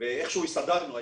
ואיכשהו הסתדרנו,